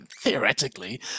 theoretically